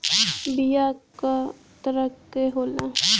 बीया कव तरह क होला?